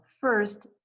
first